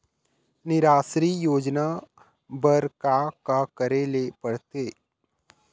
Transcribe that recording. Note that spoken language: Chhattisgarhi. निराश्री योजना बर का का करे ले पड़ते?